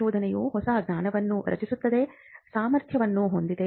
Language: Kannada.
ಸಂಶೋಧನೆಯು ಹೊಸ ಜ್ಞಾನವನ್ನು ರಚಿಸುವ ಸಾಮರ್ಥ್ಯವನ್ನು ಹೊಂದಿದೆ